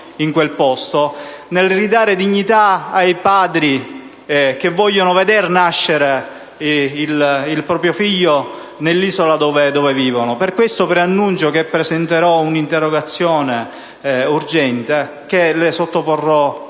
lì dove vive, a ridare dignità ai padri che vogliono veder nascere il proprio figlio nell'isola in cui vivono. Per questo preannuncio che presenterò un'interrogazione urgente che sottoporrò